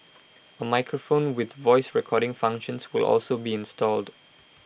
A microphone with voice recording functions will also be installed